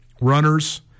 runners